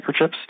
microchips